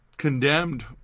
Condemned